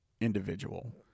individual